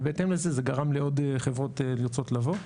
ובהתאם לזה זה גרם לעוד חברות לרצות לבוא.